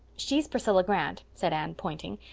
she's priscilla grant, said anne, pointing.